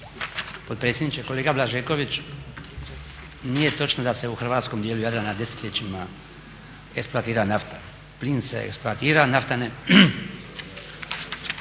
potpredsjedniče. Kolega Blažeković nije točno da se u hrvatskom dijelu Jadrana desetljećima eksploatira nafta. Plin se eksploatira a nafta ne.